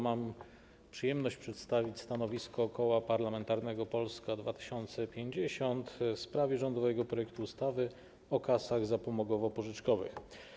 Mam przyjemność przedstawić stanowisko Koła Parlamentarnego Polska 2050 w sprawie rządowego projektu ustawy o kasach zapomogowo-pożyczkowych.